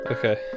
Okay